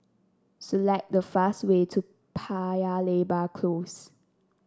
select the fast way to Paya Lebar Close